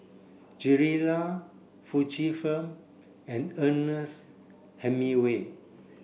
Gilera Fujifilm and Ernest Hemingway